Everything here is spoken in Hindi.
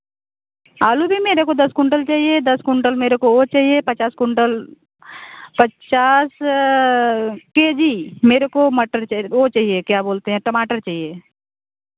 आलू भी मेरे को दस कुंटल चाहिए दस कुंटल मेरे को वह चाहिए पचास कुंटल पचास के जी मेरे को मटर चइ वह चाहिए क्या बोलते हैं टमाटर चाहिए